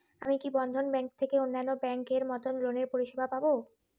আমি কি বন্ধন ব্যাংক থেকে অন্যান্য ব্যাংক এর মতন লোনের পরিসেবা পাব?